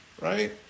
right